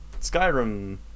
Skyrim